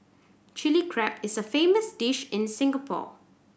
Chilli Crab is a famous dish in Singapore